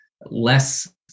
less